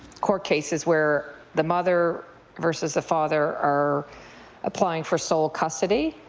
court cases where the mother versus the father are applying for sole custody,